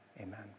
amen